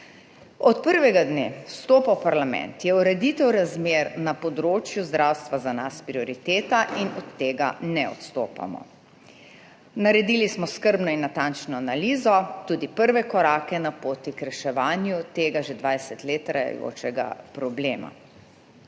Od prvega dne vstopa v parlament je ureditev razmer na področju zdravstva za nas prioriteta in od tega ne odstopamo. Naredili smo skrbno in natančno analizo tudi prve korake na poti k reševanju od tega že 20 let trajajočega problema.